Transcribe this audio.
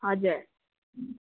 हजुर